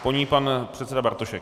Po ní pan předseda Bartošek.